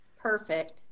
Perfect